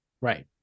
Right